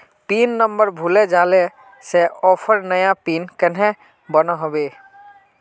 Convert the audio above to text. Pin number भूले जाले से ऑफर नया पिन कन्हे बनो होबे?